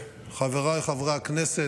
חבריי חברי הכנסת,